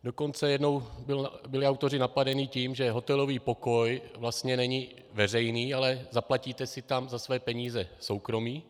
Dokonce jednou byli autoři napadeni tím, že hotelový pokoj vlastně není veřejný, ale zaplatíte si tam za své peníze soukromí.